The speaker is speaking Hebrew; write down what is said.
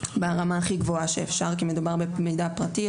ברמה הכי גבוהה שאפשר כי מדובר במידע פרטי,